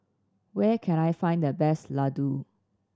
where can I find the best Ladoo